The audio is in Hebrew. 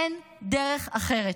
אין דרך אחרת.